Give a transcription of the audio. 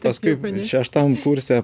paskui šeštam kurse